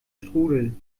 strudel